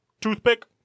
toothpick